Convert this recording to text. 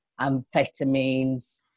amphetamines